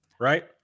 right